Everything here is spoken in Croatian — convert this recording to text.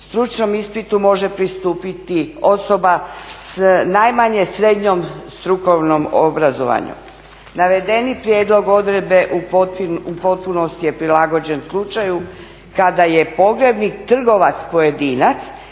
Stručnom ispitu može pristupiti osoba s najmanje srednjom strukovnim obrazovanjem. Navedeni prijedlog odredbe u potpunosti je prilagođen slučaju kada je pogrebnik trgovac pojedinac